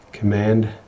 command